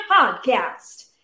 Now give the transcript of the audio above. Podcast